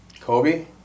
Kobe